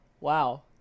wow